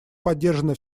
поддержана